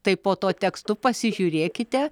tai po tuo tekstu pasižiūrėkite